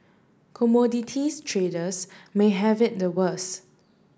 commodities traders may have it the worst